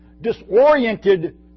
disoriented